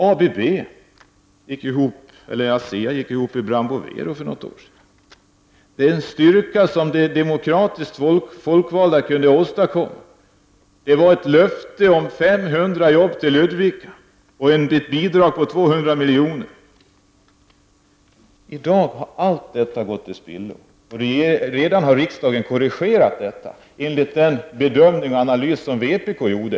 ASEA gick ihop med Brown Boveri för någon tid sedan. Vad de demokratiskt valda kunde åstadkomma med sin styrka var ett löfte om 500 jobb till Ludvika och ett bidrag på 200 miljoner. I dag har allt det gått till spillo, och riksdagen har redan korrigerat detta enligt den analys som vpk gjorde.